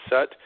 set